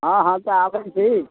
हँ हँ तऽ अपन ठीक